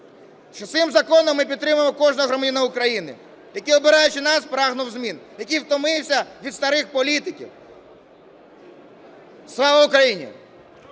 Бо цим законом ми підтримуємо кожного громадянина України, який, обираючи нас, прагнув змін, який втомився від старих політиків. Слава Україні!